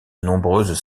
nombreuses